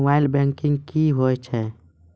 Mobile banking क्या हैं?